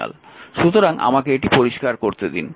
সুতরাং আমাকে এটি পরিষ্কার করতে দিন